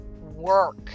work